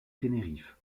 tenerife